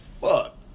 fuck